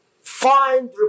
find